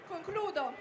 Concludo